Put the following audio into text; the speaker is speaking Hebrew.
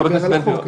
הוא דיבר על החוק,